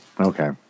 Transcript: Okay